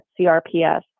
CRPS